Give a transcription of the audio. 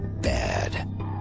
bad